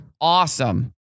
awesome